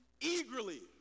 eagerly